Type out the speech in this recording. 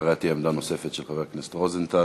ואחריה תהיה עמדה נוספת של חבר הכנסת רוזנטל.